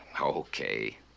Okay